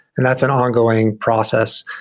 and that's an ongoing process.